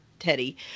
Teddy